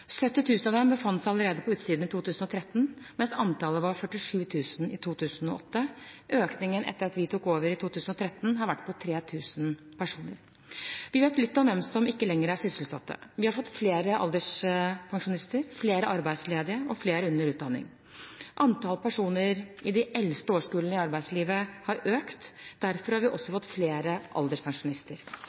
av dem befant seg allerede på utsiden i 2013, mens antallet var 47 000 i 2008. Økningen etter at vi tok over i 2013, har vært på 3 000 personer. Vi vet litt om hvem som ikke lenger er sysselsatt. Vi har fått flere alderspensjonister, flere arbeidsledige og flere under utdanning. Antall personer i de eldste årskullene i arbeidslivet har økt, derfor har vi også fått flere alderspensjonister.